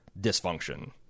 dysfunction